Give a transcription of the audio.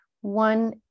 one